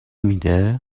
میده